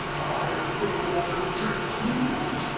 no longer, ted cruz.